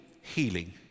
healing